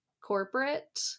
corporate